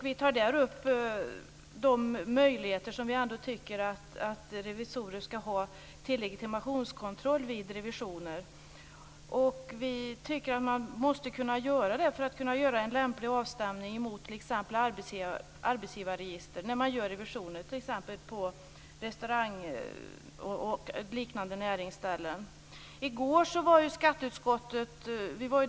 Vi tar där upp de möjligheter som vi tycker att revisorer ska ha till legitimationskontroll vid revisioner. Vi tycker att denna möjlighet måste finnas för att man ska kunna göra en lämplig avstämning mot t.ex. arbetsgivarregister vid revisioner t.ex. I går besökte skatteutskottet SHR.